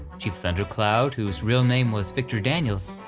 chief thundercloud, whose real name was victor daniels,